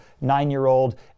nine-year-old